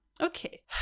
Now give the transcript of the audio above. Okay